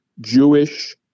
Jewish